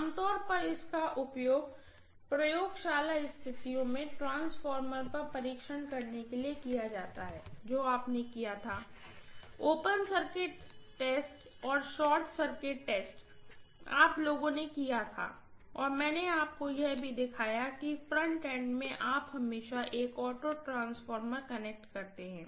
आमतौर पर इसका उपयोग प्रयोगशाला स्थितियों में ट्रांसफार्मर पर परीक्षण करने के लिए किया जाता है जो आपने किया था ओपन सर्किट टेस्ट और शॉर्ट सर्किट टेस्ट आप लोगों ने किया था और मैंने आपको यह भी दिखाया कि फ्रंट एंड में आप हमेशा एक ऑटो ट्रांसफार्मर कनेक्ट करते हैं